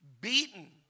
Beaten